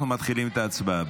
אנחנו מתחילים את ההצבעה.